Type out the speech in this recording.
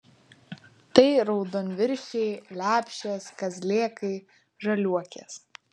tai raudonviršiai lepšės kazlėkai žaliuokės